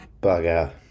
Bugger